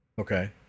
Okay